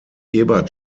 ebert